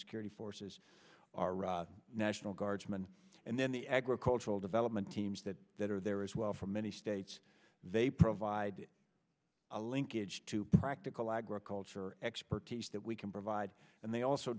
security forces are national guardsmen and then the agricultural development teams that that are there as well for many states they provide a linkage to practical agriculture expertise that we can provide and they also